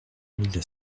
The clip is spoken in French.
mille